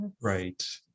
right